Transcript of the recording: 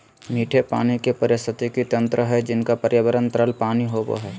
मीठे पानी के पारिस्थितिकी तंत्र हइ जिनका पर्यावरण तरल पानी होबो हइ